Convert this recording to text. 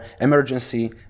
emergency